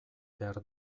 behar